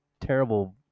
terrible